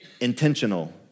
intentional